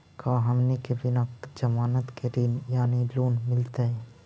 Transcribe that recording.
का हमनी के बिना जमानत के ऋण यानी लोन मिलतई?